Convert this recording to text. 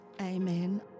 Amen